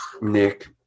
Nick